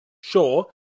Sure